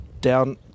down